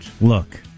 Look